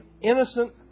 Innocent